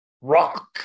Rock